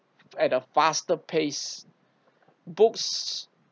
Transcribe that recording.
at a faster pace books